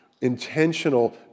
intentional